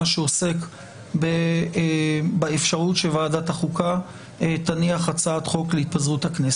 שעוסק באפשרות שוועדת החוקה תניח הצעת חוק להתפזרות הכנסת.